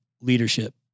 leadership